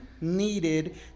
needed